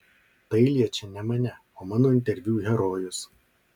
tai liečia ne mane o mano interviu herojus